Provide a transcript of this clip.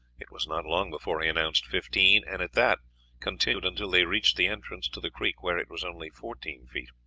it was not long before he announced fifteen, and at that continued until they reached the entrance to the creek, where it was only fourteen feet.